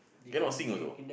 cannot sing also